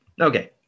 Okay